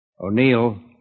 O'Neill